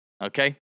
Okay